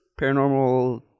paranormal